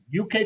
UK